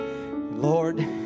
Lord